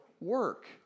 work